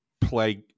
play